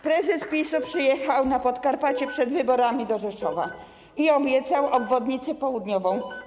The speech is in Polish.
Prezes PiS-u przyjechał na Podkarpacie przed wyborami do Rzeszowa i obiecał obwodnicę południową.